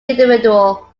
individual